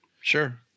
Sure